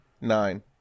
Nine